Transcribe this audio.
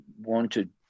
wanted